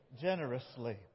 generously